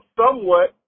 somewhat